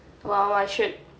!wow! I should